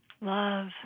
love